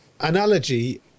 analogy